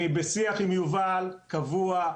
אני בשיח עם יובל, קבוע.